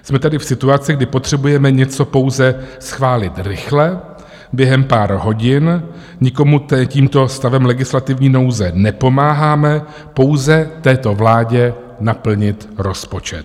Jsme tady v situaci, kdy potřebujeme něco pouze schválit rychle, během pár hodin, nikomu tímto stavem legislativní nouze nepomáháme, pouze této vládě naplnit rozpočet.